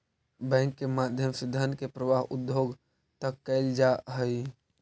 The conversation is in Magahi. बैंक के माध्यम से धन के प्रवाह उद्योग तक कैल जा हइ